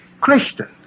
Christian